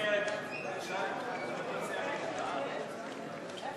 הצעת סיעות העבודה